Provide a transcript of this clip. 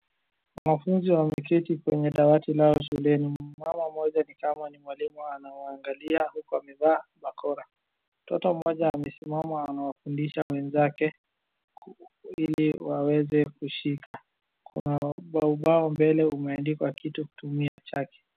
Wanafunzi wameketi kwenye dawati lao shuleni. Mama mmoja ni kama ni mwalimu anawaangalia huku amevaa bakora. Mtoto mmoja amesimama anawafundisha wenzake, ili waweze kushika. Kuna ubao mbele umeandikwa kitu kutumia chaki.